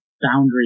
boundary